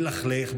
ללכלך,